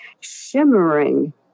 shimmering